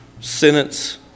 sentence